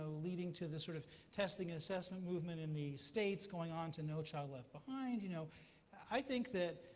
leading to the sort of testing and assessment movement in the states, going on to no child left behind. you know i think that